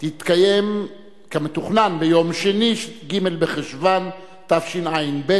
תתקיים כמתוכנן ביום שני, ג' בחשוון התשע"ב,